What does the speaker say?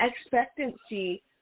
expectancy